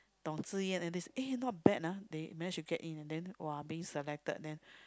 Dong-Zi-Yan at least eh not bad lah they managed to get in and then !wah! being selected and then